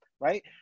right